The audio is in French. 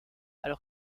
alors